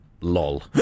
Lol